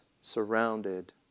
surrounded